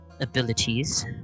abilities